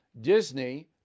Disney